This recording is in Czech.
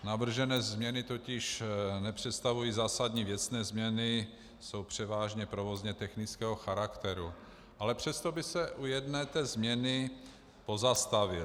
Navržené změny totiž nepředstavují zásadní věcné změny, jsou převážně provozně technického charakteru, ale přesto bych se u jedné změny pozastavil.